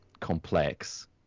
complex